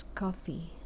coffee